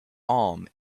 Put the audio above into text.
arm